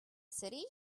city